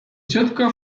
ciotka